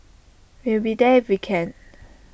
we'll be there we can